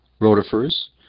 rotifers